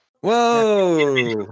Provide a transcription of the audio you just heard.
Whoa